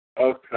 Okay